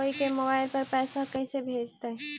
कोई के मोबाईल पर पैसा कैसे भेजइतै?